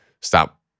stop